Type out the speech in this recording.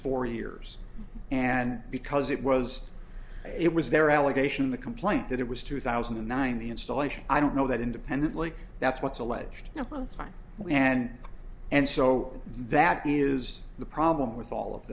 years and because it was it was their allegation in the complaint that it was two thousand and nine the installation i don't know that independently that's what's alleged now bronstein and and so that is the problem with all of